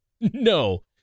No